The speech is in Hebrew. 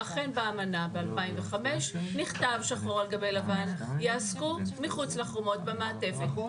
אכן באמנה ב-2005 נכתב שחור על גבי לבן יעסקו מחוץ לחומות במעטפת.